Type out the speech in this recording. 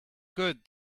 good